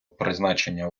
призначення